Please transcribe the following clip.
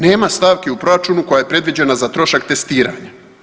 Nema stavke u proračunu koja je predviđena za trošak testiranja.